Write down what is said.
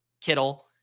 Kittle